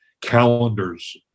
calendars